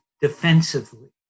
defensively